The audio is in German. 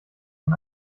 von